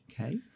Okay